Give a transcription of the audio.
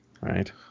Right